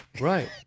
Right